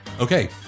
Okay